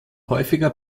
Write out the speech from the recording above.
häufiger